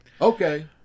Okay